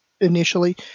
initially